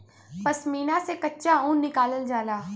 पश्मीना से कच्चा ऊन निकालल जाला